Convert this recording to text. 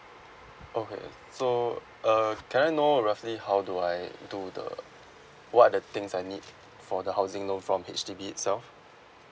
okay so uh can I know roughly how do I do the what are the things I need for the housing loan from H_D_B itself